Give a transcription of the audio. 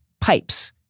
Pipes